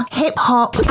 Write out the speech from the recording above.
hip-hop